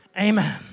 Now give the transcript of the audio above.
Amen